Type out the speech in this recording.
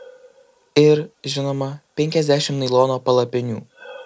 ir žinoma penkiasdešimt nailono palapinių